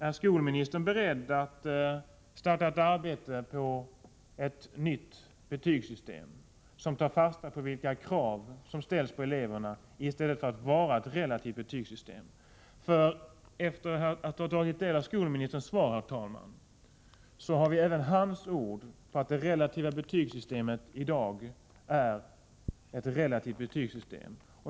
Är skolministern beredd att starta ett arbete på ett nytt betygssystem, som tar fasta på vilka krav som ställs på eleverna, i stället för att vara ett relativt betygssystem? Efter att ha tagit del av skolministerns svar har vi, herr talman, även hans ord på att dagens relativa betygssystem är ett relativt betygssystem.